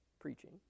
preaching